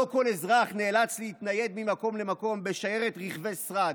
לא כל אזרח נאלץ להתנייד ממקום למקום בשיירת רכבי שרד.